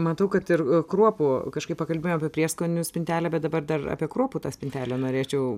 matau kad ir kruopų kažkaip pakalbėjom apie prieskonių spintelę bet dabar dar apie kruopų spintelę norėčiau